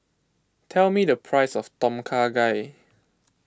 tell me the price of Tom Kha Gai